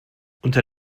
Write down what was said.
unter